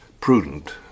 prudent